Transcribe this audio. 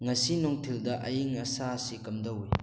ꯉꯁꯤ ꯅꯨꯡꯊꯤꯜꯗ ꯑꯌꯤꯡ ꯑꯁꯥ ꯑꯁꯤ ꯀꯝꯗꯧꯋꯤ